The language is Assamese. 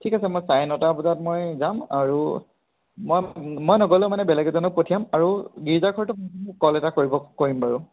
ঠিক আছে মই চাৰে নটা বজাত মই যাম আৰু মই মই নগ'লেও মানে বেলেগ এজনক পঠিয়াম আৰু গীৰ্জা ঘৰটো কল এটা কৰিব কৰিম বাৰু